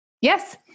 Yes